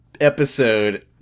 episode